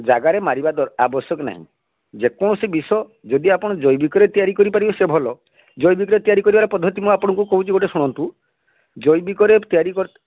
ଜାଗାରେ ମାରିବା ଆବଶ୍ୟକ ନାହିଁ ଯେକୌଣସି ବିଷ ଯଦି ଆପଣ ଜୈବିକରେ ତିଆରି କରିପାରିବେ ସେ ଭଲ ଜୈବିକରେ ତିଆରି କରିବାର ପଦ୍ଧତି ମୁଁ ଆପଣଙ୍କୁ କହୁଛି ଗୁଟେ ଶୁଣନ୍ତୁ ଜୈବିକରେ ତିଆରି କରି